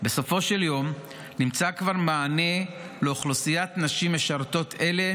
בסופו של יום כבר נמצא מענה לאוכלוסיית נשים משרתות אלו